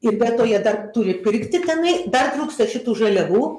ir be to jie dar turi pirkti tenai dar trūksta šitų žaliavų